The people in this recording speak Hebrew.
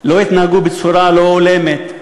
לא התנהגו בצורה לא הולמת,